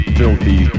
filthy